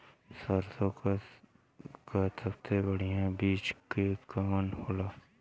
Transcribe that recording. सरसों क सबसे बढ़िया बिज के कवन होला?